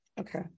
Okay